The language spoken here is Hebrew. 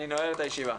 אני נועל את הישיבה.